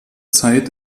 zeit